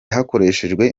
hakoreshejwe